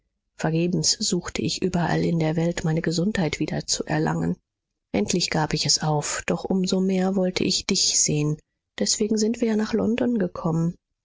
vergebens suchte ich überall in der welt meine gesundheit wieder zu erlangen endlich gab ich es auf doch um so mehr wollte ich dich sehen deswegen sind wir ja nach london gekommen